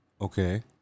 Okay